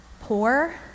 Poor